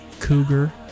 Cougar